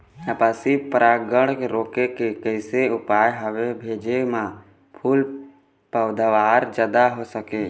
आपसी परागण रोके के कैसे उपाय हवे भेजे मा फूल के पैदावार जादा हों सके?